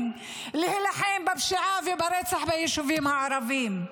להילחם בפשיעה וברצח ביישובים הערביים,